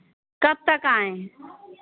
कब तक आयें